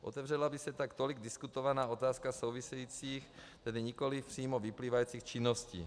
Otevřela by se tak tolik diskutovaná otázka souvisejících, tedy nikoli přímo vyplývajících činností.